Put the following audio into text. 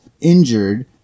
injured